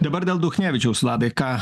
dabar dėl duchnevičiaus vladai ką